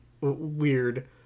weird